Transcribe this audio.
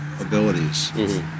abilities